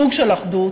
סוג של אחדות,